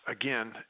again